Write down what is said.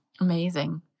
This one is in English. Amazing